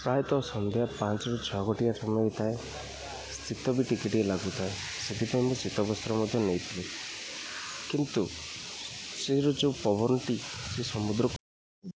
ପ୍ରାୟତଃ ସନ୍ଧ୍ୟା ପାଞ୍ଚରୁ ଛଅ ସମୟ ହେଇଥାଏ ଶୀତ ବି ଟିକେ ଟିକେ ଲାଗୁଥାଏ ସେଥିପାଇଁ ମୁଁ ଶୀତବସ୍ତ୍ର ମଧ୍ୟ ନେଇଥିଲି କିନ୍ତୁ ସେ ଯେଉଁ ପବନଟି ସମୁଦ୍ର